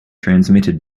transmitted